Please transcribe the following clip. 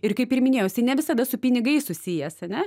ir kaip ir minėjau ne visada su pinigais susijęs ane